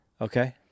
Okay